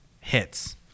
hits